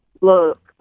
look